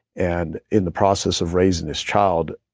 and in the process of raising this child,